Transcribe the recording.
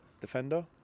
Defender